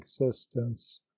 existence